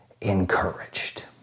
encouraged